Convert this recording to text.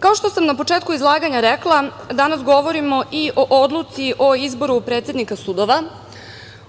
Kao što sam na početku izlaganja rekla, danas govorimo i o Odluci o izboru predsednika sudova,